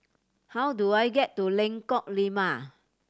how do I get to Lengkok Lima